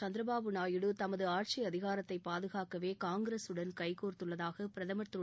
சந்திரபாபு நாயுடு தமது ஆட்சி அதிகாரத்தைப் பாதுகாக்கவே காங்கிரசுடன் கைகோர்த்துள்ளதாக பிரதமர் திரு